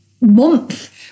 month